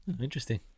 interesting